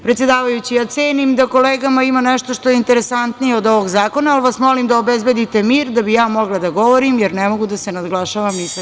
Predsedavajući, ja cenim da kolegama ima nešto što je interesantnije od ovog zakona, pa vas molim da obezbedite mir da bih ja mogla da govorim, jer ne mogu da se nadglašavam ni sa kim.